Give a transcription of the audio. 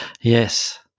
Yes